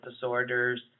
disorders